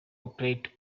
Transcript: operate